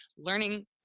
learning